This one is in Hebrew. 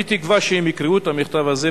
אני תקווה שהם יקראו את המכתב הזה,